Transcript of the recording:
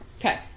Okay